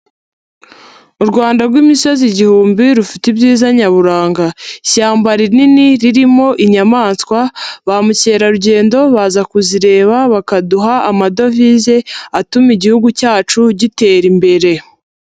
U Rwanda rw'imisozi igihumbi rufite ibyiza nyaburanga, ishyamba rinini ririmo inyamaswa ba mukerarugendo baza kuzireba bakaduha amadovize, atuma igihugu cyacu gitera imbere.